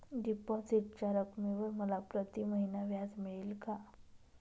डिपॉझिटच्या रकमेवर मला प्रतिमहिना व्याज मिळेल का?